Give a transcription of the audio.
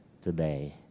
today